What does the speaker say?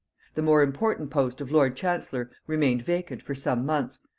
the more important post of lord chancellor remained vacant for some months,